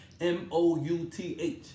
M-O-U-T-H